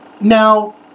Now